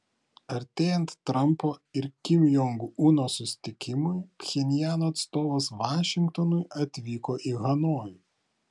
artėjant trampo ir kim jong uno susitikimui pchenjano atstovas vašingtonui atvyko į hanojų